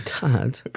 Dad